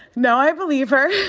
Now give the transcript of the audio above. no, i believe her.